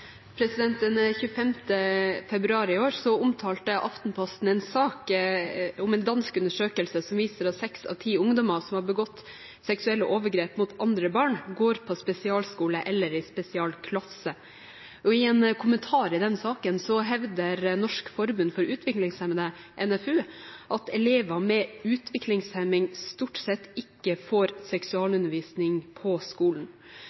Den 25. februar i år omtalte Aftenposten en sak om en dansk undersøkelse som viser at 6 av 10 ungdommer som har begått seksuelle overgrep mot andre barn, går på spesialskole eller i spesialklasse. Og i en kommentar i den saken hevder Norsk Forbund for Utviklingshemmede, NFU, at elever med utviklingshemning stort sett ikke får seksualundervisning på skolen.